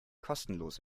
kostenlos